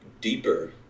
deeper